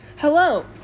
hello